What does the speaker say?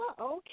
okay